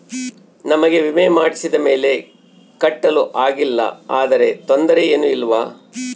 ನಮಗೆ ವಿಮೆ ಮಾಡಿಸಿದ ಮೇಲೆ ಕಟ್ಟಲು ಆಗಿಲ್ಲ ಆದರೆ ತೊಂದರೆ ಏನು ಇಲ್ಲವಾ?